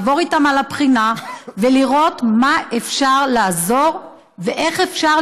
לעבור איתם על הבחינה ולראות במה אפשר לעזור ואיך אפשר